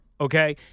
okay